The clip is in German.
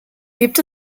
gibt